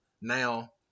now